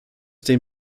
dem